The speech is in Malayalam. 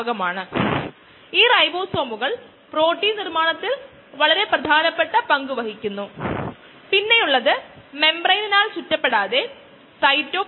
അതിനാൽ ഈ സമവാക്യം പരിഹരിക്കുന്നതിന് നമ്മൾ പോകുകയാണെങ്കിൽ കുറച്ച് പടികൾ എഴുതിയിട്ടുണ്ട്